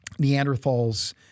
Neanderthals